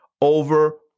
over